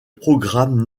programme